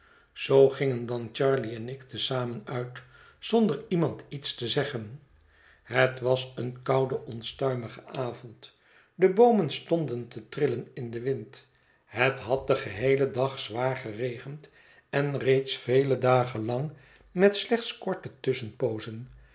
zoo gingen dan charley en ik te zamen uit zonder iemand iets te zeggen het was een koude onstuimige avond de boomen stonden te trillen in den wind het had den geheelen dag zwaar geregend en reeds vele dagen lang met slechts korte tusschenpoozen